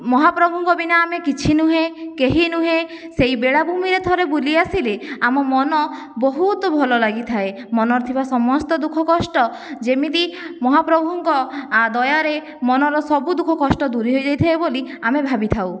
ମହାପ୍ରଭୁଙ୍କ ବିନା ଆମେ କିଛି ନୁହେଁ କେହି ନୁହେଁ ସେହି ବେଳାଭୂମିରେ ଥରେ ବୁଲି ଆସିଲେ ଆମ ମନ ବହୁତ ଭଲ ଲାଗିଥାଏ ମନରେ ଥିବା ସମସ୍ତ ଦୁଃଖ କଷ୍ଟ ଯେମିତି ମହାପ୍ରଭୁଙ୍କ ଦୟାରେ ମନର ସବୁ ଦୁଃଖ କଷ୍ଟ ଦୂର ହୋଇଯାଇଥାଏ ବୋଲି ଆମେ ଭାବିଥାଉ